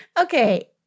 Okay